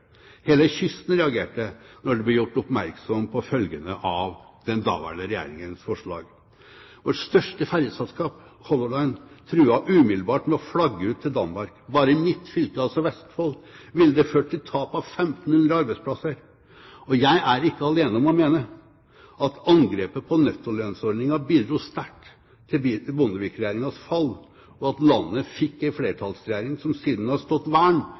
Hele kysten reagerte da det ble gjort oppmerksom på følgene av den daværende regjerings forslag. Vårt største ferjeselskap, Color Line, truet umiddelbart med å flagge ut til Danmark. Bare i mitt fylke, Vestfold, ville det ført til tap av 1 500 arbeidsplasser. Jeg er ikke alene om å mene at angrepet på nettolønnsordningen bidro sterkt til Bondevik-regjeringens fall, og at landet fikk en flertallsregjering som siden har stått vern